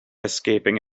escaping